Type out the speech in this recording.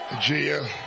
Gia